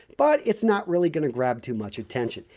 but it's not really going to grab too much attention.